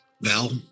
Val